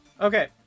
Okay